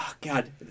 god